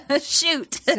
Shoot